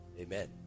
Amen